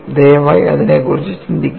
ദയവായി അതിനെക്കുറിച്ച് ചിന്തിക്കുക